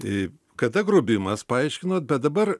į kada grobimas paaiškinot bet dabar